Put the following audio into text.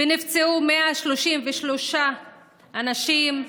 ונפצעו 133 אנשים,